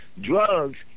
Drugs